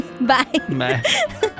Bye